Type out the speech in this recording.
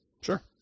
Sure